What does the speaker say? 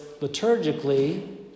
liturgically